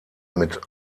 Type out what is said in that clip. mit